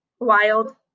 Wild